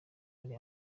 hari